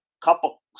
couple